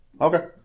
Okay